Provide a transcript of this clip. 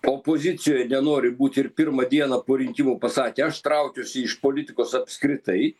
opozicijoj nenori būt ir pirmą dieną po rinkimų pasakė aš traukiuosi iš politikos apskritai